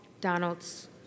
Donalds